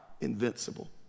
invincible